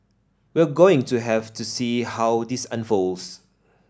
we're going to have to see how this unfolds